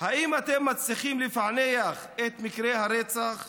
האם אתם מצליחים לפענח את מקרי הרצח?